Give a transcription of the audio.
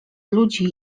ludzi